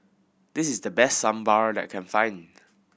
this is the best Sambar that I can find